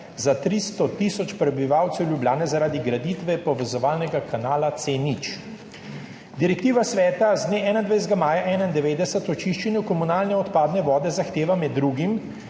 za 300 tisoč prebivalcev Ljubljane zaradi graditve povezovalnega kanala C0. Direktiva Sveta z dne 21. maja 1991 o čiščenju komunalne odpadne vode zahteva med drugim,